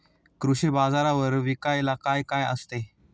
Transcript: कृषी बाजारावर विकायला काय काय असते?